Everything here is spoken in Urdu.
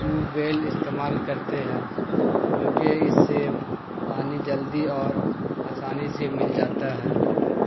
ٹیوبویل استعمال کرتے ہیں کیونکہ اس سے پانی جلدی اور آسانی سے مل جاتا ہے